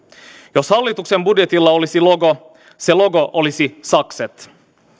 jos hallituksen budjetilla olisi logo se logo olisi sakset